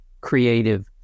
creative